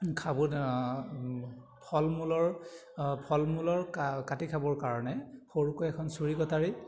খাব ফল মূলৰ ফল মূলৰ কাটি খাবৰ কাৰণে সৰুকৈ এখন চুৰি কটাৰী